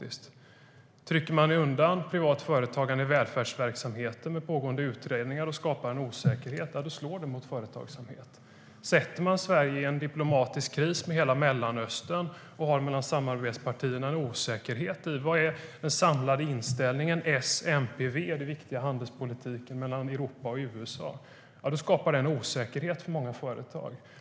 Trycker man undan privat företagande i välfärdsverksamheter genom pågående utredningar och skapar en osäkerhet slår det mot företagsamheten. Försätter man Sverige i en diplomatisk kris med hela Mellanöstern och har en osäkerhet när det gäller den samlade inställningen mellan S, MP och V om den viktiga handelspolitiken mellan Europa och USA skapar det en osäkerhet för många företag.